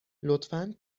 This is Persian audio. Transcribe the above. لطفا